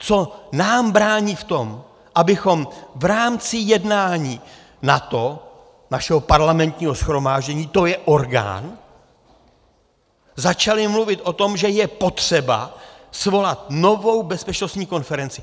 Co nám brání v tom, abychom v rámci jednání NATO, našeho parlamentního shromáždění, to je orgán, začali mluvit o tom, že je potřeba svolat novou bezpečnostní konferenci.